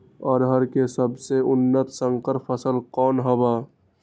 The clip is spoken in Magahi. अरहर के सबसे उन्नत संकर फसल कौन हव?